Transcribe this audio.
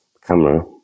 camera